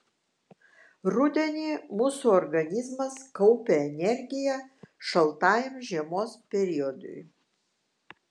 rudenį mūsų organizmas kaupia energiją šaltajam žiemos periodui